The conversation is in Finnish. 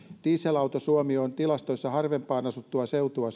dieselauto suomi on tilastoissa harvempaan asuttua seutua